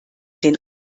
den